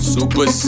Super